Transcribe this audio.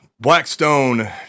Blackstone